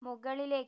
മുകളിലെ